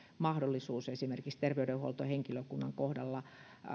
mahdollisuutta esimerkiksi terveydenhuoltohenkilökunnan kohdalla